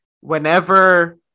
Whenever